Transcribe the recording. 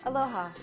Aloha